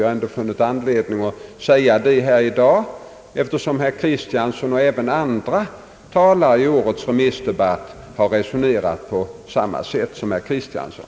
Jag har funnit anledning att säga detta i dag, eftersom andra talare i årets remissdebatt har resonerat på samma sätt som herr Kristiansson.